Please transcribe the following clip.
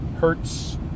Hertz